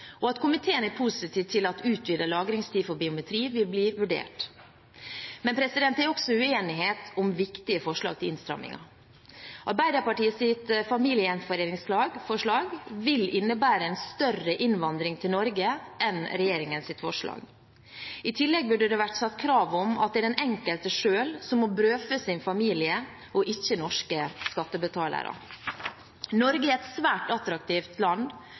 og at komiteen er positiv til at utvidet lagringstid for biometri vil bli vurdert. Men det er også uenighet om viktige forslag til innstramninger. Arbeiderpartiets familiegjenforeningsforslag vil innebære en større innvandring til Norge enn regjeringens forslag. I tillegg burde det vært satt krav om at det er den enkelte selv som må brødfø sin familie, og ikke norske skattebetalere. Norge er et svært attraktivt land